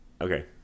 okay